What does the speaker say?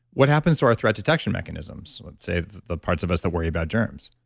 what happens to our threat detection mechanisms? let's say the parts of us that worry about germs